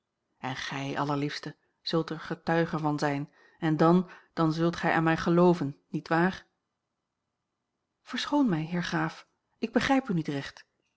en gij allerliefste zult er getuige van zijn en dan dan zult gij aan mij gelooven niet waar verschoon mij heer graaf ik begrijp u niet recht